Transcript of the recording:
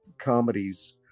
comedies